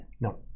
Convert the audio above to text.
No